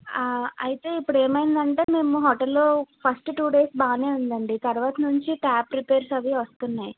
అయితే ఇప్పుడు ఏమైందంటే మేము హోటల్లో ఫస్ట్ టూ డేస్ బాగానే ఉందండి తరువాత నుంచి ట్యాప్ రిపెర్స్ అవి వస్తున్నాయి